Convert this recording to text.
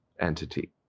entity